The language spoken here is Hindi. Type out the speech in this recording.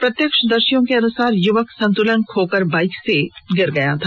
प्रत्यक्षदर्शियों के अनुसार युवक संतुलन खोकर बाईक से गिर गया था